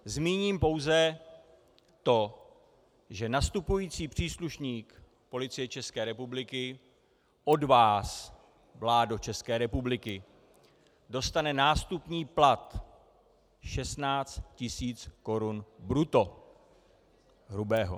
Zmíním pouze to, že nastupující příslušník Policie České republiky od vás, vládo České republiky, dostane nástupní plat 16 tis. korun brutto, hrubého.